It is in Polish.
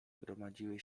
gromadziły